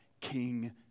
King